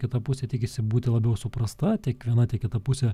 kita pusė tikisi būti labiau suprasta tiek viena kita pusė